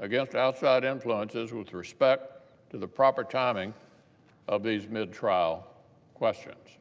against outside influences with respect to the proper timing of these mid-trial questions.